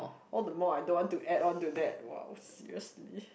all the more I don't want to add onto that !wow! seriously